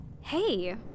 Hey